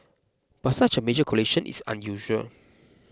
but such a major collision is unusual